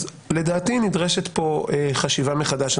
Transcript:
לדעתי נדרשת פה חשיבה מחדש.